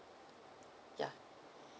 ya